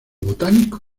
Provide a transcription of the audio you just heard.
botánico